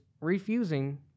refusing